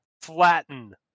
flatten